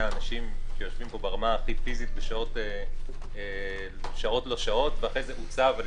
אנשים שיושבים פה ברמה הכי פיזית בשעות לא שעות ואחרי זה הוצב גם